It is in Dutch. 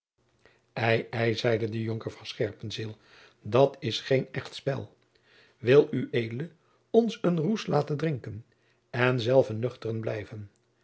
ei ei zeide de jonker van scherpenzeel dat is geen echt spel wil ued ons een roes laten drinken en zelve nuchteren blijven